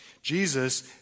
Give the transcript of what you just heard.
Jesus